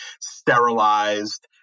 sterilized